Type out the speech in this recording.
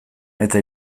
eta